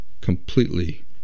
...completely